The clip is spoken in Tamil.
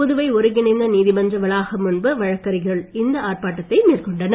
புதுவை ஒருங்கிணைந்த நீதிமன்ற வளாகம் முன்பு வழக்கறிஞர்கள் இந்த ஆர்ப்பாட்டத்தை மேற்கொண்டனர்